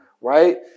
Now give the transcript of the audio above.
Right